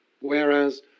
whereas